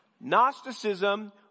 Gnosticism